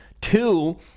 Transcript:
Two